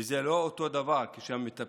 וזה לא אותו דבר כשהמטפל